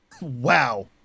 Wow